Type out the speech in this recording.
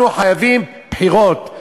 אנחנו חייבים בחירות.